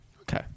Okay